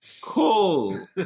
cool